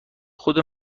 خود